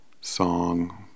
song